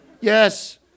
yes